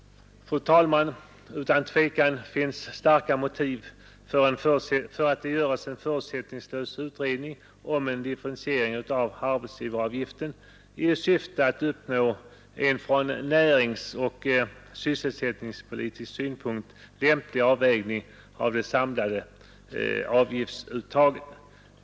Fru talman! Det finns utan tvekan starka motiv för en förutsättningslös utredning om en differentiering av arbetsgivaravgiften i syfte att uppnå en från näringsoch sysselsättningspolitisk synpunkt lämplig avvägning av det samlade avgiftsuttaget.